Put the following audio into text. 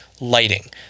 lighting